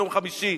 ביום חמישי.